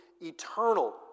eternal